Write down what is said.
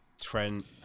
Trent